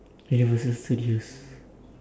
ya so so use